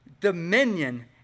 dominion